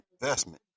investment